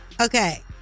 okay